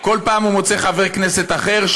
כל פעם הוא מוצא חבר כנסת אחר,